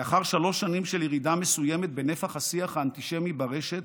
לאחר שלוש שנים של ירידה מסוימת בנפח השיח האנטישמי ברשת,